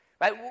right